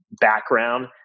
background